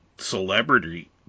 Celebrity